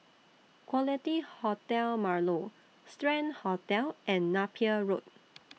Quality Hotel Marlow Strand Hotel and Napier Road